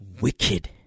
wicked